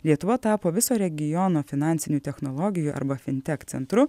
lietuva tapo viso regiono finansinių technologijų arba fintek centru